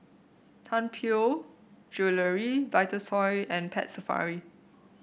Tianpo Jewellery Vitasoy and Pet Safari